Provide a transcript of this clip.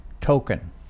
token